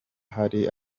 hari